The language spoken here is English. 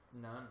None